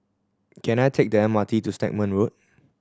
can I take the M R T to Stagmont Road